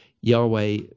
Yahweh